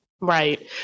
Right